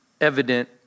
evident